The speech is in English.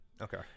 Okay